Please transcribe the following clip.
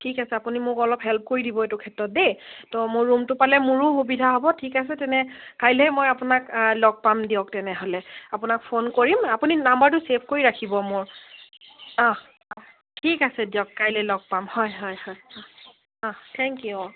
ঠিক আছে আপুনি মোক অলপ হেল্প কৰি দিব এইটো ক্ষেত্ৰত দেই ত' মোৰ ৰুমটো পালে মোৰো সুবিধা হ'ব ঠিক আছে তেনে কাইলেই মই আপোনাক লগ পাম দিয়ক তেনেহ'লে আপোনাক ফোন কৰিম আপুনি নাম্বাৰটো ছেভ কৰি ৰাখিব মোৰ অঁ ঠিক আছে দিয়ক কাইলৈ লগ পাম হয় হয় হয় অ অঁ থেংক ইউ অঁ